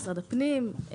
משרד הפנים,